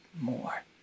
more